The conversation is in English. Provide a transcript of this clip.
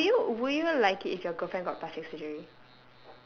will you will you like it if your girlfriend got plastic surgery